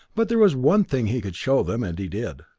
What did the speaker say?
but there was one thing he could show them, and he did.